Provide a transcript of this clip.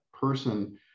Person